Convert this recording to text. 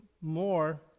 more